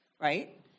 Right